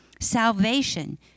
salvation